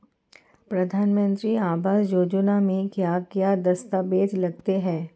प्रधानमंत्री आवास योजना में क्या क्या दस्तावेज लगते हैं?